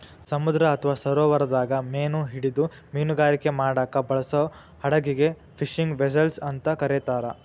ಸಮುದ್ರ ಅತ್ವಾ ಸರೋವರದಾಗ ಮೇನಾ ಹಿಡಿದು ಮೇನುಗಾರಿಕೆ ಮಾಡಾಕ ಬಳಸೋ ಹಡಗಿಗೆ ಫಿಶಿಂಗ್ ವೆಸೆಲ್ಸ್ ಅಂತ ಕರೇತಾರ